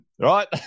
right